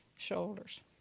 shoulders